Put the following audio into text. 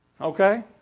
okay